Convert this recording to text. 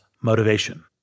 motivation